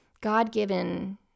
God-given